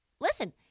listen